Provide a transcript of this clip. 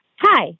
Hi